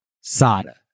Sada